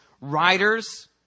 riders